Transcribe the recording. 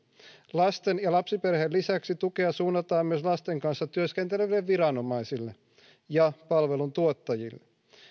lasten ja lapsiperheiden lisäksi tukea suunnataan myös lasten kanssa työskenteleville viranomaisille ja palveluntuottajille